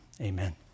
amen